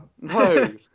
No